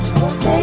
Say